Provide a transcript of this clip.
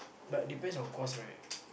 but depends on course right